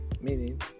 Meaning